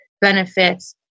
benefits